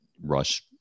Rush